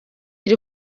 iri